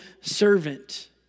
servant